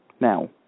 Now